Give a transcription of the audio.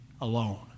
alone